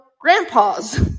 grandpas